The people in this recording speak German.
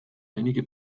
einige